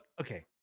Okay